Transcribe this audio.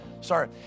Sorry